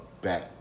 Back